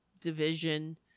division